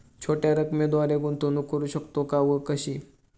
छोट्या रकमेद्वारे गुंतवणूक करू शकतो का व कशी?